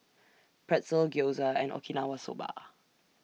Pretzel Gyoza and Okinawa Soba